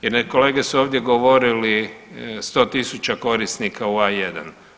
Jer kolege su ovdje govorili 100 000 korisnika u A1.